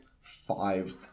five